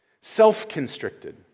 Self-constricted